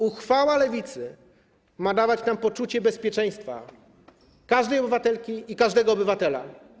Uchwała Lewicy ma dawać nam poczucie bezpieczeństwa każdej obywatelki i każdego obywatela.